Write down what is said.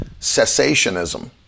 cessationism